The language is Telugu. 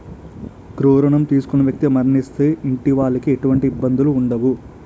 గృహ రుణం తీసుకున్న వ్యక్తి మరణిస్తే ఇంటి వాళ్లకి ఎటువంటి ఇబ్బందులు ఉండవు